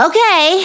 Okay